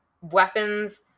weapons